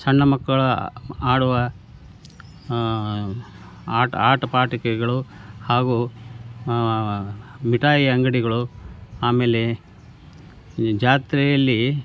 ಸಣ್ಣಮಕ್ಕಳು ಆಡುವ ಆಟ ಆಟ ಪಾಠಿಕೆಗಳು ಹಾಗೂ ಮಿಠಾಯಿ ಅಂಗಡಿಗಳು ಆಮೇಲೆ ಈ ಜಾತ್ರೆಯಲ್ಲಿ